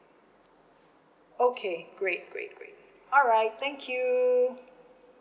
okay great great great alright thank you